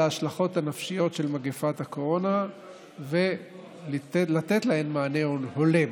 ההשלכות הנפשיות של מגפת הקורונה ולתת להן מענה הולם.